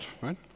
right